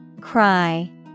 Cry